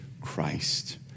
Christ